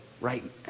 right